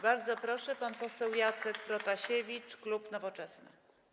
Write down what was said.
Bardzo proszę, pan poseł Jacek Protasiewicz, klub Nowoczesna.